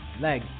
leg